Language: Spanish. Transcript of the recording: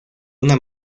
una